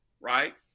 right